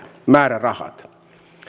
määrärahat